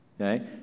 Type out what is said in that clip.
okay